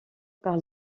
par